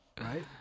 Right